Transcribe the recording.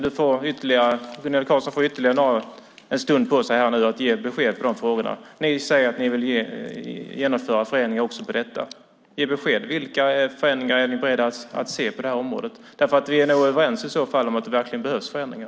Jag ger Gunilla Carlsson ytterligare en stund på sig att ge besked i dessa frågor. Ni säger att ni vill genomföra förändringar också i fråga om detta. Ge besked! Vilka förändringar är ni beredda till på detta område? Vi är nog i så fall överens om att det verkligen behövs förändringar.